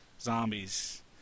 Zombies